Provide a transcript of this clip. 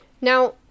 now